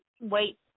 wait